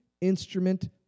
instrument